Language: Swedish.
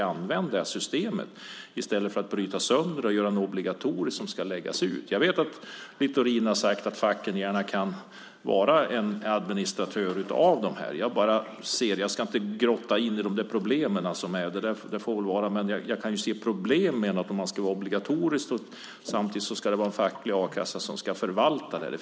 Använd systemet i stället för att bryta sönder det och göra något obligatoriskt som ska läggas ut. Jag vet att Littorin har sagt att facken gärna kan vara administratörer av detta. Nu vill jag inte gräva för djupt i problemen, men jag kan se problem med att det ska vara obligatoriskt samtidigt som det är en facklig a-kassa som förvaltar det.